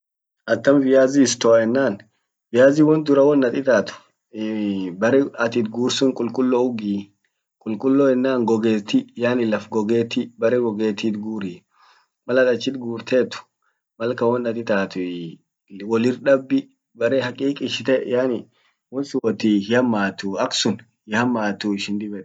Atam viazi store yenan. viazi won at itaat bere at itgurt sun qulqullo ugii qulqullo yenan gogeti yani laf gogeti bere gogetit guuri mal at achit gurtet malkan won at itaat wolirr dabbi bere haqiqishite yani won sun wotii hiamatu aksun hiammatuu ishin dib yette.